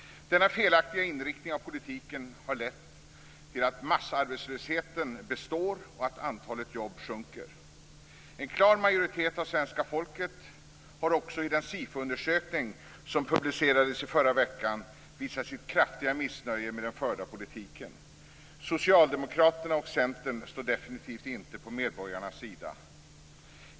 Denna felaktiga inriktning av politiken har lett till att massarbetslösheten består och antalet jobb sjunker. En klar majoritet av svenska folket har också i den SIFO-undersökning som publicerades i förra veckan visat sitt kraftiga missnöje med den förda politiken. Socialdemokraterna och Centern står definitivt inte på medborgarnas sida.